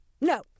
No